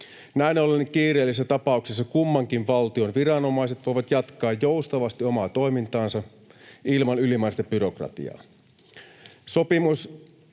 Näin ollen kiireellisessä tapauksessa kummankin valtion viranomaiset voivat jatkaa joustavasti omaa toimintaansa ilman ylimääräistä byrokratiaa.